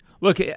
Look